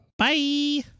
Bye